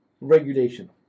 regulation